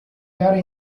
gare